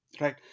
right